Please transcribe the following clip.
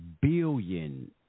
billion